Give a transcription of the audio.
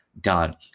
done